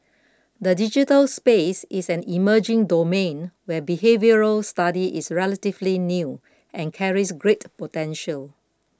the digital space is an emerging domain where behavioural study is relatively new and carries great potential